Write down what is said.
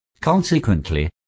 Consequently